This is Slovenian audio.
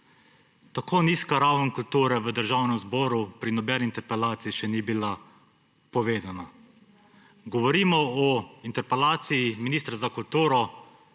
Tako nizka raven kulture v Državnem zboru pri nobeni interpelaciji še ni bila povedana. Govorimo o interpelaciji ministra za kulturo,